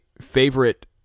favorite